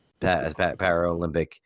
Paralympic